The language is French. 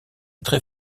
très